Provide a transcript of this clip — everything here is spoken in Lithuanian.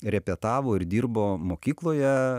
repetavo ir dirbo mokykloje